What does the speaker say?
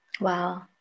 wow